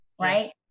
right